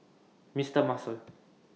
Mister Muscle